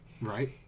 Right